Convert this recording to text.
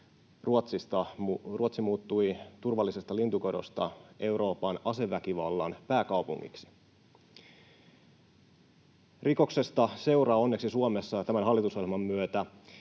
Ruotsi muuttui turvallisesta lintukodosta Euroopan aseväkivallan pääkaupungiksi. Rikoksesta seuraa onneksi Suomessa tämän hallitusohjelman myötä